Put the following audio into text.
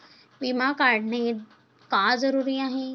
विमा काढणे का जरुरी आहे?